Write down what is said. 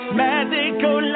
magical